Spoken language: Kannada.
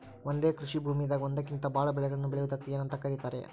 ಒಂದೇ ಕೃಷಿ ಭೂಮಿದಾಗ ಒಂದಕ್ಕಿಂತ ಭಾಳ ಬೆಳೆಗಳನ್ನ ಬೆಳೆಯುವುದಕ್ಕ ಏನಂತ ಕರಿತಾರೇ?